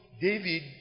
David